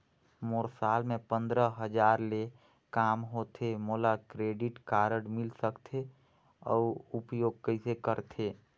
मोर साल मे पंद्रह हजार ले काम होथे मोला क्रेडिट कारड मिल सकथे? अउ उपयोग कइसे करथे?